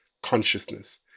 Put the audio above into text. consciousness